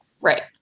Right